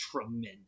tremendous